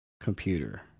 computer